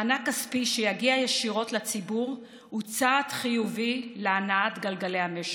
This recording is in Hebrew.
מענק כספי שיגיע ישירות לציבור הוא צעד חיובי להנעת גלגלי המשק.